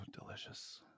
delicious